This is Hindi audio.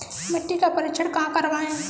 मिट्टी का परीक्षण कहाँ करवाएँ?